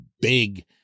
big